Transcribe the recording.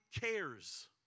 cares